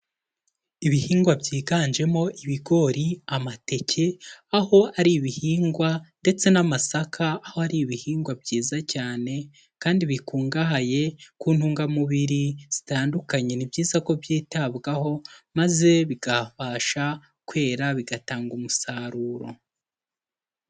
Ibihingwa byiganjemo ibigori, amateke, aho ari ibihingwa, ndetse n'amasaka aho ari ibihingwa byiza cyane, kandi bikungahaye ku ntungamubiri zitandukanye ni byiza ko byitabwaho, maze bikabasha kwera bigatanga umusaruro.